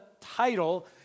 title